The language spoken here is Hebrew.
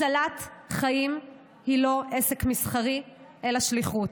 הצלת חיים היא לא עסק מסחרי אלא שליחות.